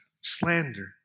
slander